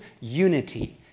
unity